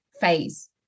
phase